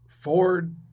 Ford